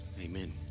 Amen